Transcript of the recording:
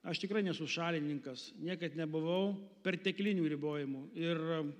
aš tikrai nesu šalininkas niekad nebuvau perteklinių ribojimų ir